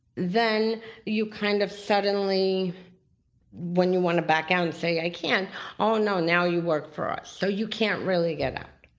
then you kind of suddenly when you want to back down and say i can't oh no, now you work for us. so you can't really get out.